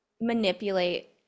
manipulate